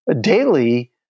daily